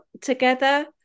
together